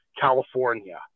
California